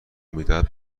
میدهد